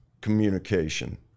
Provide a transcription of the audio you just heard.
communication